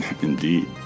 Indeed